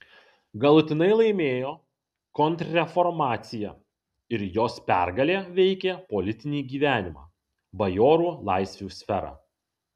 galutinai laimėjo kontrreformacija ir jos pergalė veikė politinį gyvenimą bajorų laisvių sferą